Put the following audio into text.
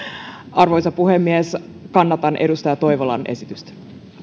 arvoisa puhemies kannatan edustaja toivolan esitystä